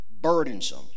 burdensome